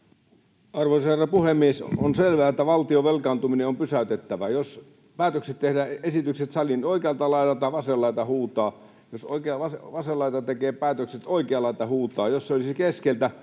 Arvoisa herra puhemies! On selvää, että valtion velkaantuminen on pysäytettävä. Jos päätökset, esitykset, tehdään salin oikealta laidalta, vasen laita huutaa. Jos vasen laita tekee päätökset, oikea laita huutaa. Jos se olisi keskeltä,